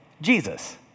Jesus